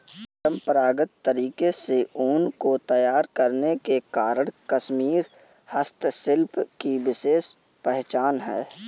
परम्परागत तरीके से ऊन को तैयार करने के कारण कश्मीरी हस्तशिल्प की विशेष पहचान है